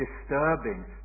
disturbing